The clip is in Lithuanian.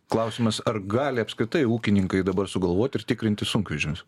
klausimas ar gali apskritai ūkininkai dabar sugalvoti ir tikrinti sunkvežimius